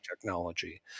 technology